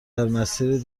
مسیر